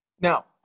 Now